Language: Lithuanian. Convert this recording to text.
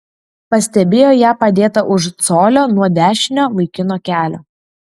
pastebėjo ją padėtą už colio nuo dešinio vaikino kelio